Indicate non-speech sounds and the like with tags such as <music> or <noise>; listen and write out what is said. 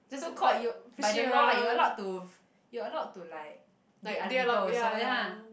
so called you by the law like you allowed to <noise> you allowed to like date other people also ya